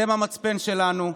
אתן המצפן שלנו.